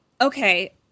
okay